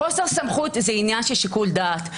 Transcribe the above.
חוסר סמכות זה עניין של שיקול דעת.